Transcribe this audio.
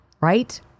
right